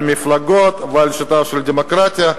על המפלגות ועל השיטה של הדמוקרטיה,